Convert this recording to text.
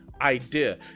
idea